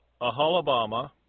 Ahalabama